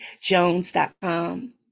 jones.com